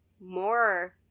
more